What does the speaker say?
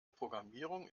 programmierung